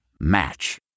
Match